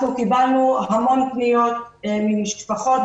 אנחנו קיבלנו המון פניות ממשפחות,